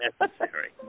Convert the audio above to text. necessary